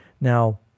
Now